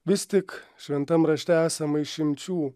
vis tik šventam rašte esama išimčių